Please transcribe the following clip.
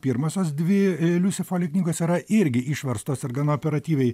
pirmosios dvi liusi foli knygos yra irgi išverstos ir gana operatyviai